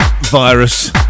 virus